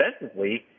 defensively